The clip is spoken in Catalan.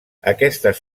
aquestes